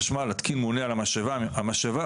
להתקין מונה על המשאבה ולמדוד את צריכת החשמל.